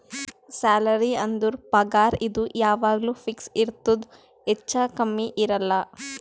salary ಅಂದುರ್ ಪಗಾರ್ ಇದು ಯಾವಾಗ್ನು ಫಿಕ್ಸ್ ಇರ್ತುದ್ ಹೆಚ್ಚಾ ಕಮ್ಮಿ ಇರಲ್ಲ